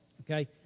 okay